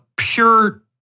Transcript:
pure